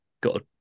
got